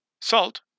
Salt